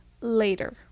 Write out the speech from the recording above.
later